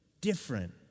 different